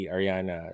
Ariana